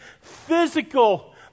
physical